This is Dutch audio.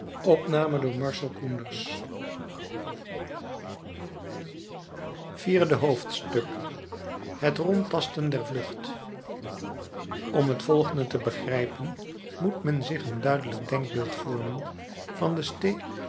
vierde hoofdstuk het rondtasten der vlucht om het volgende te begrijpen moet men zich een duidelijk denkbeeld vormen van de